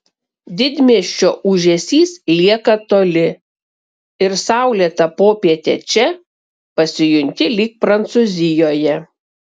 didmiesčio ūžesys lieka toli ir saulėtą popietę čia pasijunti lyg prancūzijoje